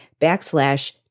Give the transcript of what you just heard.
backslash